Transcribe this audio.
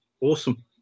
awesome